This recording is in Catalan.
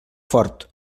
fort